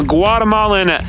Guatemalan